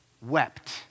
wept